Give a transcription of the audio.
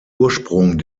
ursprung